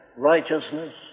Righteousness